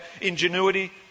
ingenuity